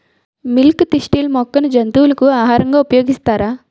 Milk thistle మొక్కను జంతువులకు ఆహారంగా ఉపయోగిస్తారా?